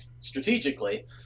strategically